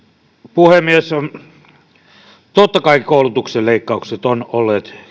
puhemies totta kai koulutuksen leik kaukset ovat olleet